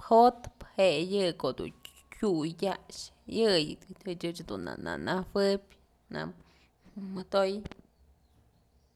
po'otpë je'e yë ko'o dun tyuy tyax yëyëch ëch dun na najueb nä modoy.